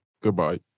Goodbye